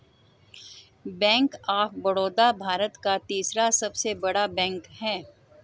bank of Baroda Bharat का तीसरा सबसे बड़ा बैंक हैं